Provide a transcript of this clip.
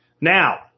Now